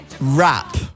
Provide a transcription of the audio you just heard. rap